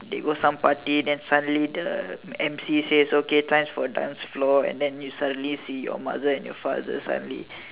they go some party then suddenly the emcee says okay time for dance floor and then you suddenly see your mother and your father suddenly